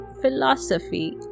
philosophy